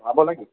हां बोलाकी